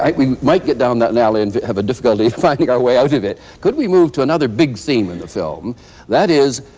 i mean might get down that alley and have a difficulty in finding our way out of it. could we move to another big theme in the film that is,